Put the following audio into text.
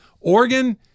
Oregon